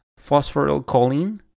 phosphorylcholine